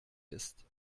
ist